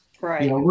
Right